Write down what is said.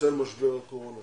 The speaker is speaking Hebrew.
בצל משבר הקורונה